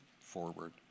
forward